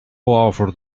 authored